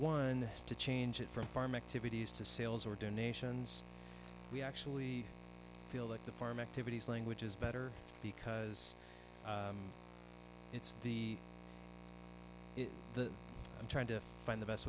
one to change it from farm activities to sales or donations we actually feel that the farm activities language is better because it's the the i'm trying to find the best